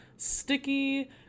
sticky